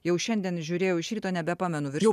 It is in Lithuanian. jau šiandien žiūrėjau iš ryto nebepamenu virš ke